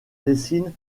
destine